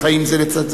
החיים זה לצד זה.